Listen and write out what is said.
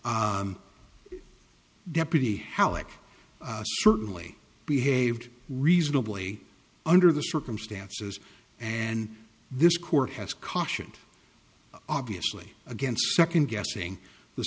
deputy helic certainly behaved reasonably under the circumstances and this court has cautioned obviously against second guessing the